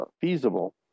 feasible